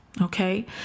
okay